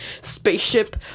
spaceship